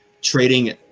trading